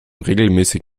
regelmäßig